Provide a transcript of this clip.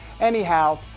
Anyhow